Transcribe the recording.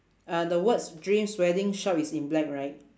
err the words dreams wedding shop is in black right